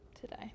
today